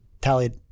tallied